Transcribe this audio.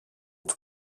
του